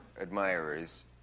admirers